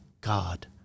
God